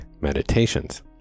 Meditations